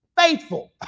faithful